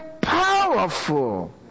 powerful